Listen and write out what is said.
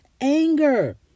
anger